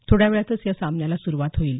थोड्या वेळातच या सामन्याला सुरुवात होईल